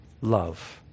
love